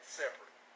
separate